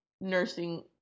nursing